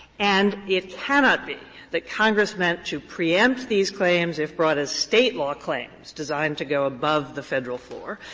and it cannot be that congress meant to preempt these claims if brought as state law claims designed to go above the federal floor,